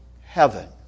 heaven